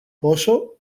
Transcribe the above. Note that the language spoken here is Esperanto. poŝo